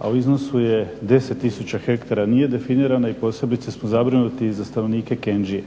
a u iznosu je 10 tisuća hektara nije definirana i posebice smo zabrinuti za stanovnike Kenđije.